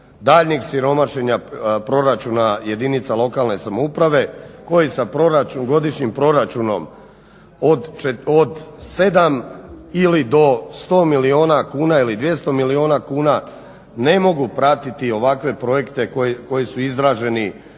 daljnjeg siromašenja proračuna jedinica lokalne samouprave koji sa godišnjim proračunom od 7 ili do 100 milijuna kuna ili 200 milijuna kuna ne mogu pratiti ovakve projekte koji su izraženi